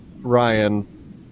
Ryan